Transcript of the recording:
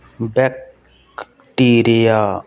bacteria